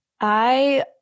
I-